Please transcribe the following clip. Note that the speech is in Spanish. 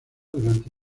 durante